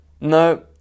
No